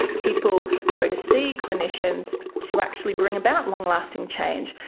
people go to see clinicians to actually bring about long lasting change,